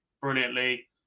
brilliantly